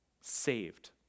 saved